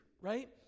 right